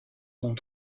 sont